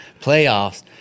playoffs